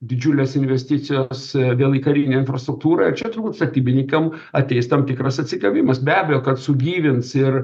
didžiulės investicijos vėl į karinę infrastruktūrą ir čia turbūt statybininkam ateis tam tikras atsigavimas be abejo kad sugyvins ir